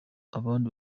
abandi